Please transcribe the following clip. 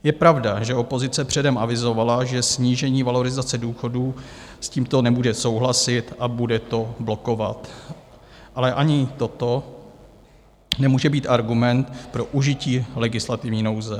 Je pravda, že opozice předem avizovala, že snížení valorizace důchodů, s tímto nebude souhlasit a bude to blokovat, ale ani toto nemůže být argument pro užití legislativní nouze.